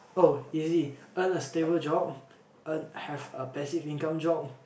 oh easy earn a stable job an have a passive income job